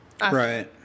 Right